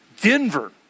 Denver